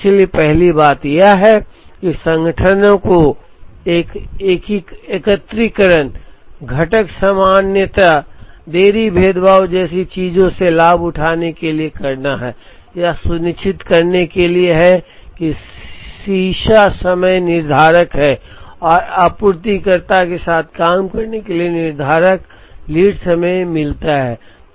इसलिए पहली बात यह है कि संगठनों को एकत्रीकरण घटक सामान्यता देरी भेदभाव जैसी चीजों से लाभ उठाने के लिए करना है यह सुनिश्चित करने के लिए है कि सीसा समय निर्धारक है और आपूर्तिकर्ताओं के साथ काम करने के लिए निर्धारक लीड समय मिलता है